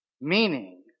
Meaning